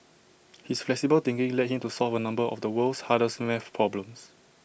his flexible thinking led him to solve A number of the world's hardest math problems